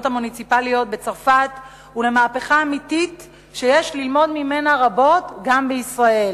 המוניציפליות בצרפת ולמהפכה אמיתית שיש ללמוד ממנה רבות גם בישראל.